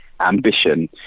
ambition